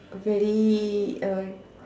very um